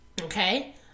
Okay